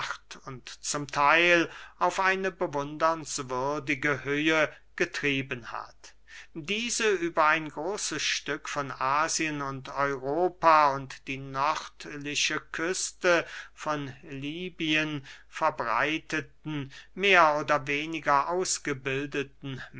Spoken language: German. zum theil auf eine bewundernswürdige höhe getrieben hat diese über ein großes stück von asien und europa und die nördliche küste von lybien verbreiteten mehr oder weniger ausgebildeten